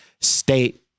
state